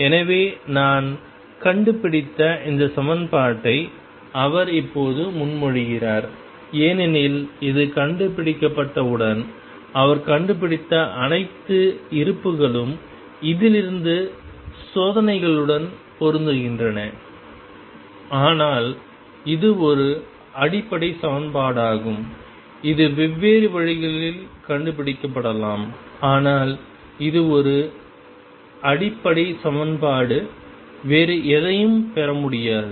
எனவே நான் கண்டுபிடித்த இந்த சமன்பாட்டை அவர் இப்போது முன்மொழிகிறார் ஏனெனில் இது கண்டுபிடிக்கப்பட்டவுடன் அவர் கண்டுபிடித்த அனைத்து இருப்புக்களும் இதிலிருந்து சோதனைகளுடன் பொருந்துகின்றன ஆனால் இது ஒரு அடிப்படை சமன்பாடாகும் இது வெவ்வேறு வழிகளில் கண்டுபிடிக்கப்படலாம் ஆனால் அது ஒரு அடிப்படை சமன்பாடு வேறு எதையும் பெற முடியாது